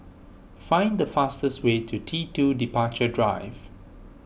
find the fastest way to T two Departure Drive